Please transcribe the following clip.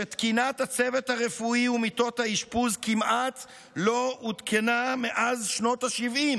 כשתקינת הצוות הרפואי ומיטות האשפוז כמעט לא עודכנה מאז שנות השבעים,